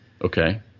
Okay